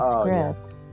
script